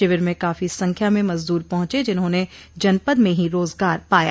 शिविर में काफी संख्या में मजदूर पहुंचे जिन्होंने जनपद मे ही रोजगार पाया